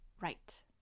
right